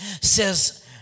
says